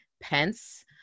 Pence